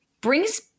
brings